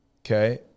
okay